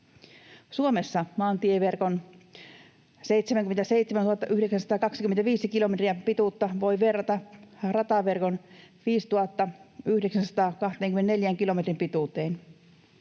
Suomessa maantieverkon 77 925 kilometrin pituutta voi verrata rataverkon 5 924 kilometrin pituuteen.